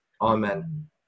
Amen